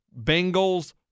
Bengals